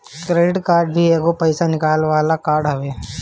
credit card भी एगो पईसा निकाले वाला कार्ड हवे